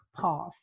path